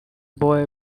boy